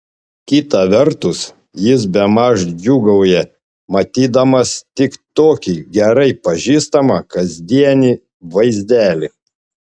kita vertus jis bemaž džiūgauja matydamas tik tokį gerai pažįstamą kasdienį vaizdelį